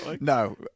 No